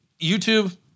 YouTube